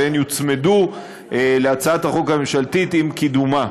והן יוצמדו להצעת החוק הממשלתית עם קידומה.